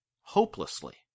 hopelessly